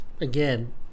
again